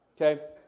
okay